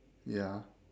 ya